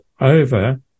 over